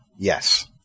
Yes